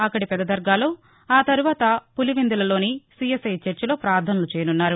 అక్కడి పెద్ద దర్గాలో ఆతర్వాత పులివెందులలోని సీఎస్ఐ చర్చిలో పార్దనలు చేయనున్నారు